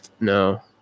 no